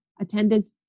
attendance